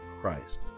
Christ